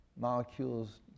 Molecules